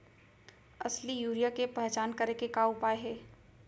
असली यूरिया के पहचान करे के का उपाय हे?